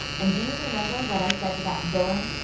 and do you remember what i said to that villain,